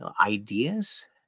ideas